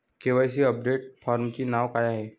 KYC update फॉर्मचे नाव काय आहे?